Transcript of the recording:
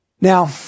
Now